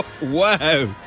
wow